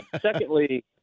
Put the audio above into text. Secondly